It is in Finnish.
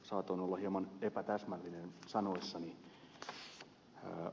saatoin olla hieman epätäsmällinen sanoissani